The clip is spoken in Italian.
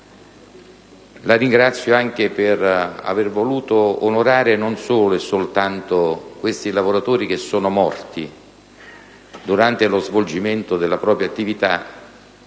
La ringrazio inoltre per aver voluto onorare non solo e soltanto i lavoratori che sono morti ieri durante lo svolgimento della propria attività,